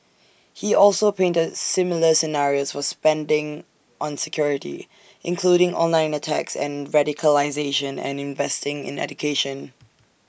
he also painted similar scenarios for spending on security including online attacks and radicalisation and investing in education